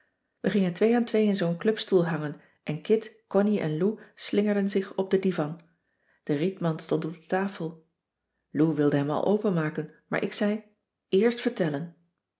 we gingen twee aan twee in zoo'n clubstoel hangen en kit connie en lou slingerden zich op den divan de rietmand stond op de tafel lou wilde hem al openmaken maar ik ze eerst vertellen